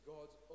God's